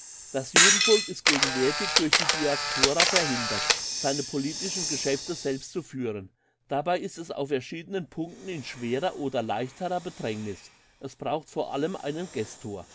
das judenvolk ist gegenwärtig durch die diaspora verhindert seine politischen geschäfte selbst zu führen dabei ist es auf verschiedenen punkten in schwerer oder leichterer bedrängniss es braucht vor allem einen